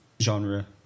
genre